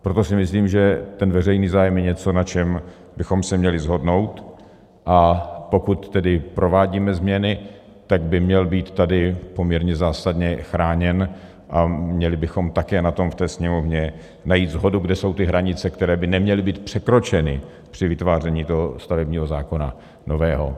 Proto si myslím, že veřejný zájem je něco, na čem bychom se měli shodnout, a pokud tedy provádíme změny, tak by měl být tady poměrně zásadně chráněn a měli bychom také na tom ve Sněmovně najít shodu, kde jsou ty hranice, které by neměly být překročeny při vyváření stavebního zákona nového.